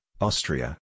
Austria